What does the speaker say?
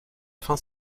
fin